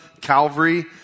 Calvary